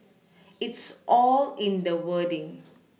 it's all in the wording